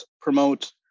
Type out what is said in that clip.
promote